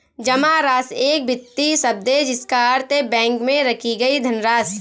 जमा राशि एक वित्तीय शब्द है जिसका अर्थ है बैंक में रखी गई धनराशि